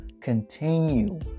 continue